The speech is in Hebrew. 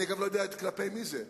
אני גם לא יודע כלפי מי זה,